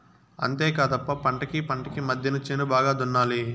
అంతేకాదప్ప పంటకీ పంటకీ మద్దెన చేను బాగా దున్నాలి